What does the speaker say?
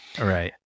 Right